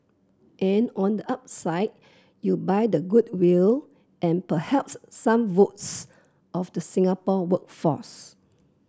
and on the upside you buy the goodwill and perhaps some votes of the Singapore workforce